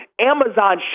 Amazon